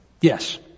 Yes